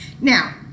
now